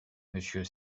monsieur